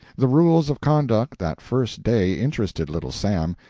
the rules of conduct that first day interested little sam.